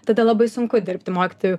tada labai sunku dirbti mokytoju